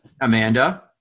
Amanda